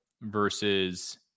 versus